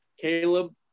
Caleb